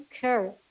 care